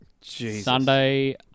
Sunday